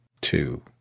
two